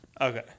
Okay